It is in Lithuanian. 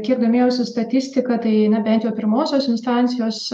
kiek domėjausi statistika tai na bent jau pirmosios instancijos